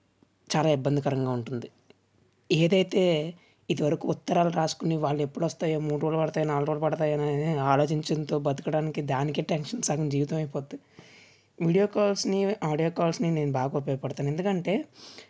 చాలా ఇబ్బంది కరంగా ఉంటుంది ఏదైతే ఇది వరకు ఉత్తరాలు రాసుకునే వాళ్ళు ఎప్పుడు వస్తాయో మూడు రోజులు పడతాయో నాలుగు రోజులు పడతాయోనని ఆలోచించడంతో బతకడానికి దానికే టెన్షన్ సగం జీవితం అయిపోద్ది వీడియో కాల్స్ని ఆడియో కాల్స్ని నేను బాగా ఉపయోగపడుతున్నాయి ఎందుకంటే